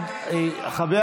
סעיפים 1 2 נתקבלו.